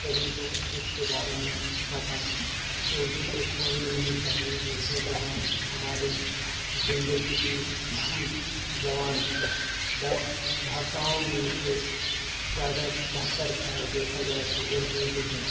سبھی کو اس کے بارے میں بتائیں اردو کو چھوڑنی نہیں چاہیے اردو زبان ہماری زندگی کی اہم زبان ہے بیسٹ بھاشاؤں میں اسے زیادہ بہتر اگر دیکھا جائے تو اردو ہی ہے